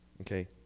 okay